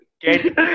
Get